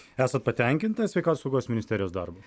esat patenkinta sveikatos saugos ministerijos darbu